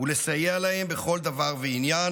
ולסייע להם בכל דבר ועניין.